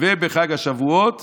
ובחג השבועות